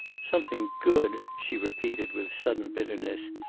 something good, she repeated, with sudden bitterness.